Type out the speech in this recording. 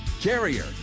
Carrier